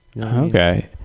Okay